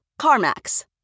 CarMax